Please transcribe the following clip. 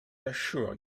assure